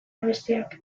abestiak